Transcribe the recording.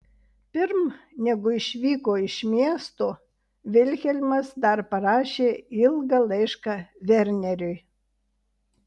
pirm negu išvyko iš miesto vilhelmas dar parašė ilgą laišką verneriui